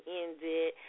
ended